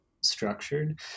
structured